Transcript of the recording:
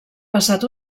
passat